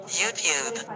YouTube